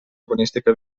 urbanística